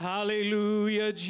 Hallelujah